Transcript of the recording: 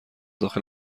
داخل